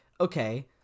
okay